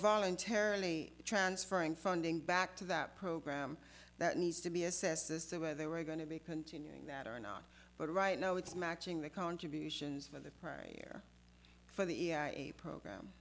voluntarily transferring funding back to that program that needs to be assessed as to whether we're going to be continuing that or not but right now it's matching the contributions from the air for the program